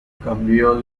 cambió